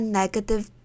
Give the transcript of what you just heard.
negative